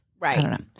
Right